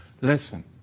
listen